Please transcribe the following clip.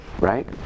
right